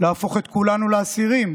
להפוך את כולנו לאסירים,